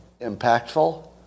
impactful